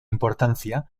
importancia